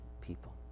people